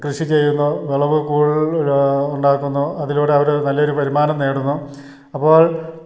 കൃഷി ചെയ്യുന്നു വിളവുകൾ ഉണ്ടാക്കുന്നു അതിലൂടെ അവർ നല്ലൊരു വരുമാനം നേടുന്നു അപ്പോൾ